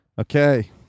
Okay